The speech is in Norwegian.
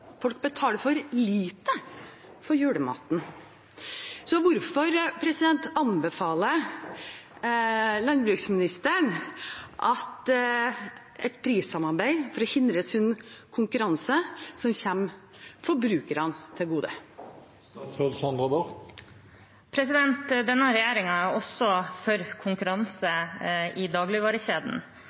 folk betaler for lite for julematen. Hvorfor anbefaler landbruksministeren et prissamarbeid for å hindre sunn konkurranse som kommer forbrukerne til gode? Denne regjeringen er også for konkurranse i